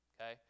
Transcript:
okay